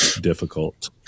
difficult